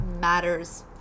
matters